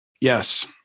Yes